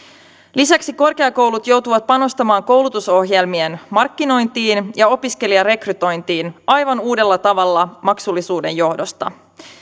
lisäksi korkeakoulut joutuvat panostamaan koulutusohjelmien markkinointiin ja opiskelijarekrytointiin aivan uudella tavalla maksullisuuden johdosta